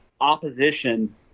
opposition